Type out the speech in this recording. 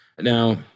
now